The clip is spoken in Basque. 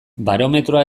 barometroa